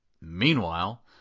Meanwhile